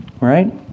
right